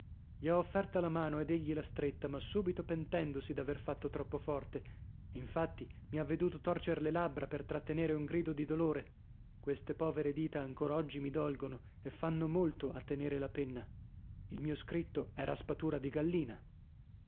gli ho offerta la mano ed egli l'ha stretta ma subito pentendosi d'aver fatto troppo forte infatti mi ha veduto torcer le labbra per trattenere un grido di dolore queste povere dita ancor oggi mi dolgono e fanno molto a tenere la penna il mio scritto è raspatura di gallina